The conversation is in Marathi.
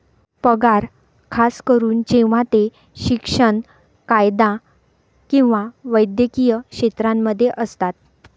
पगार खास करून जेव्हा ते शिक्षण, कायदा किंवा वैद्यकीय क्षेत्रांमध्ये असतात